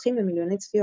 וזוכים למיליוני צפיות.